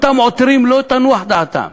אותם עותרים, לא תנוח דעתם.